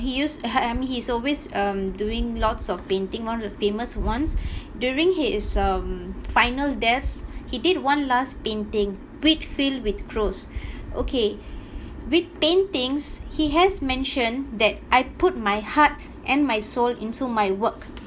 he used uh I mean he is always um doing lots of painting one of the famous ones during his um final deaths he did one last painting wheat field with crows okay with paintings he has mentioned that I put my heart and my soul into my work